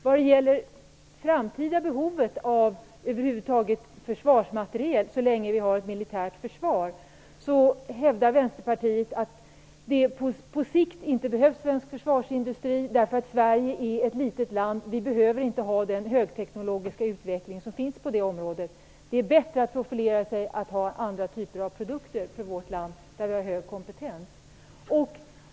Vad gäller det framtida behovet av försvarsmateriel så länge vi har ett militärt försvar hävdar Vänsterpartiet att svensk försvarsindustri på sikt inte behövs, därför att Sverige är ett litet land. Vi behöver inte ha den högteknologiska utveckling som finns på det området. Det är bättre för vårt land att profilera sig genom att ha andra typer av produkter där vi har hög kompetens.